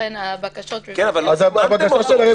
ולכן בקשות הרוויזיה.